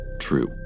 true